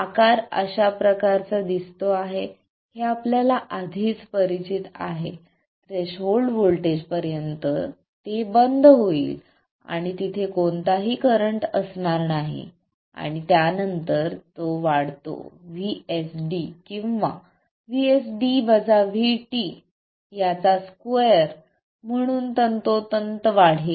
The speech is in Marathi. आकार कशा प्रकारचा दिसतो आहे हे आपल्याला आधीच परिचित आहे थ्रेशोल्ड व्होल्टेजपर्यंत ते बंद होईल आणि तिथे कोणताही करंट असणार नाही आणि त्यानंतर तो वाढते VSD किंवा याचा स्क्वेअर म्हणून तंतोतंत वाढेल